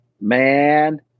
Man